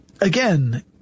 again